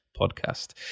podcast